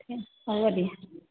হ'ব দিয়া